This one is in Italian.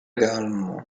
calmo